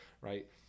Right